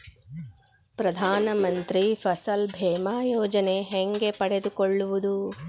ಪ್ರಧಾನ ಮಂತ್ರಿ ಫಸಲ್ ಭೇಮಾ ಯೋಜನೆ ಹೆಂಗೆ ಪಡೆದುಕೊಳ್ಳುವುದು?